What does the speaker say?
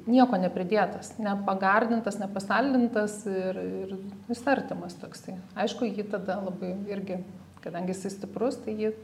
nieko nepridėtas nepagardintas nepasaldintas ir ir jis artimas toksai aišku jį tada labai irgi kadangi jisai stiprus tai jį